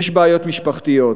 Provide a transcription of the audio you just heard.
יש בעיות משפחתיות.